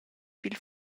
pil